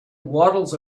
waddles